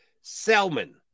Selman